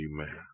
amen